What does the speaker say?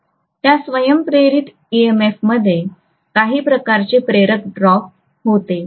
त्या स्व प्रेरित ईएमएफमध्ये काही प्रकारचे प्रेरक ड्रॉप होते